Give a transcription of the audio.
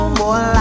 more